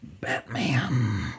Batman